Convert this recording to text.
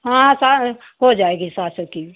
हाँ सा हो जाएगी सात सौ की